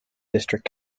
district